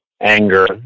anger